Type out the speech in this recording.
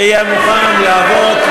שיהיה מוכן לעבוד,